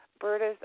Berta's